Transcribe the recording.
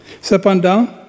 Cependant